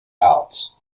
art